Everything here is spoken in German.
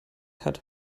hat